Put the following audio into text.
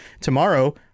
tomorrow